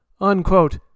Unquote